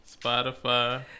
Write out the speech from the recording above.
Spotify